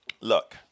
Look